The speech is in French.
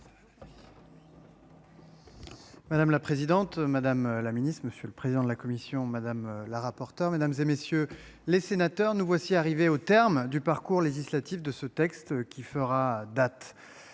Madame la présidente, madame la Ministre, Monsieur le président de la commission, madame la rapporteure mesdames et messieurs les sénateurs, nous voici arrivés au terme du parcours législatif de ce texte qui fera date